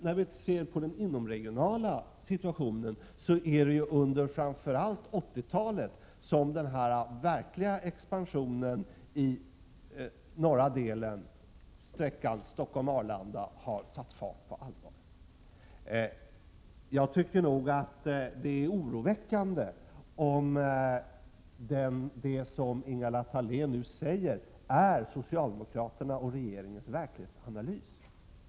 När det gäller den inomregionala situationen är det framför allt under 80-talet som den verkliga expansionen i norra delen av länet, på sträckan Stockholm-Arlanda, har satt fart på allvar. Jag tycker att det är oroväckande om det som Ingela Thalén nu säger är socialdemokraternas och regeringens verklighetsanalys.